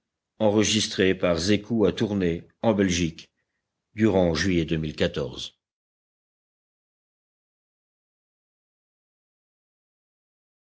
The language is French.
à tourner sur